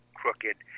crooked